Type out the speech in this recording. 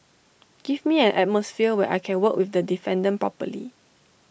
give me an atmosphere where I can work with the defendant properly